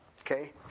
Okay